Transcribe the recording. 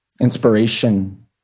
inspiration